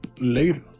later